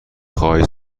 خواهید